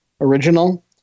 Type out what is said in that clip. original